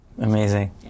Amazing